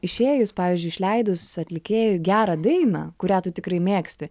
išėjus pavyzdžiui išleidus atlikėjui gerą dainą kurią tu tikrai mėgsti